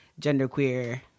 genderqueer